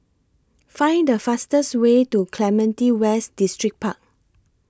Find The fastest Way to Clementi West Distripark